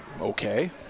okay